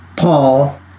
Paul